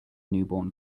newborn